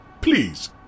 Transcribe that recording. Please